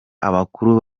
abakuru